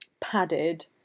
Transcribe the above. padded